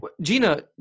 Gina